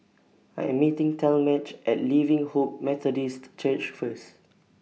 I Am meeting Talmadge At Living Hope Methodist Church First